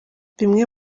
bimwe